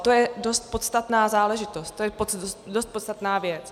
To je dost podstatná záležitost, to je dost podstatná věc.